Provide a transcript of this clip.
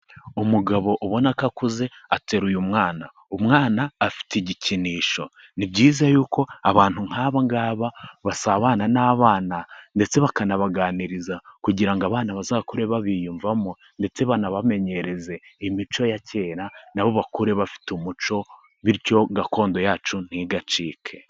Umugabo ubona ko akuze, atera uyu mwana, umwana afite igikinisho, ni byiza yuko abantu nk'aba ngaba basabana n'abana ndetse bakanabaganiriza kugira ngo abana bazakure babiyumvamo, ndetse banabamenyereze imico ya kera, na bo bakure bafite umuco bityo gakondo yacu ntigacike.